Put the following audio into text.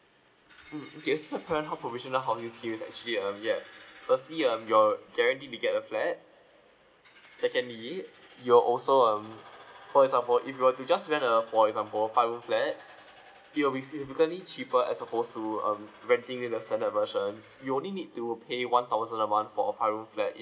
mm uh yes so a parenthood provisional housing scheme is actually a ya firstly um you're guaranteed will get a flat secondly you're also um for example if you were to just rent a for example five room flat it will be significantly cheaper as opposed to um renting in a standard version you'll only need to pay one thousand a month for a five room flat